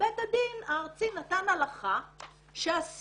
ובית הדין הארצי נתן הלכה שאסור